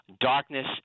darkness